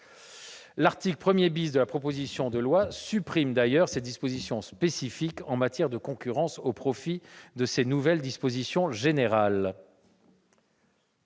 L'article 1 de la proposition de loi supprime d'ailleurs ces dispositions spécifiques en matière de concurrence au profit de ces nouvelles dispositions générales.